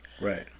Right